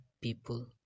people